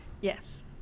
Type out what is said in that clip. Yes